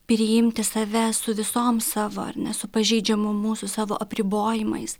priimti save su visom savo ar ne su pažeidžiamu mūsų savo apribojimais